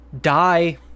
die